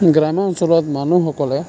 গ্ৰামাঞ্চলত মানুহসকলে